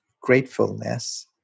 gratefulness